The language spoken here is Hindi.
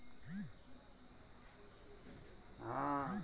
मूली ब्रैसिसेकी परिवार की एक खाद्य जड़ वाली सब्जी है